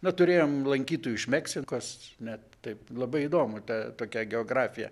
na turėjom lankytojų iš meksikos net taip labai įdomu ta tokia geografija